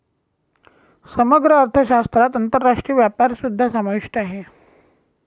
समग्र अर्थशास्त्रात आंतरराष्ट्रीय व्यापारसुद्धा समाविष्ट आहे